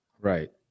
Right